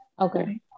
okay